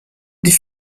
die